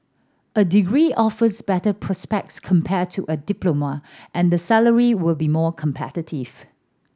a degree offers better prospects compared to a diploma and the salary will be more competitive